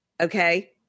okay